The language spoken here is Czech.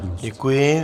Děkuji.